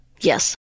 Yes